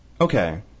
Okay